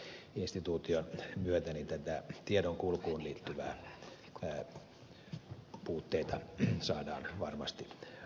eli tämän uuden instituution myötä näitä tiedonkulkuun liittyviä puutteita saadaan varmasti parannettua